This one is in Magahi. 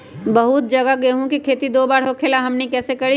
बहुत जगह गेंहू के खेती दो बार होखेला हमनी कैसे करी?